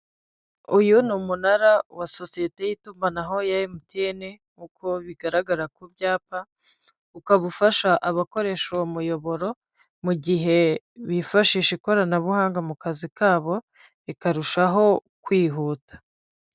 Uyu ni umunara wa sosiyete y'itumanaho ya Emutiyene nk'uko bigaragara ku byapa, ukaba ufasha abakoresha uwo muyoboro mu gihe bifashisha ikoranabuhanga mu kazi kabo bikarushaho kwihuta.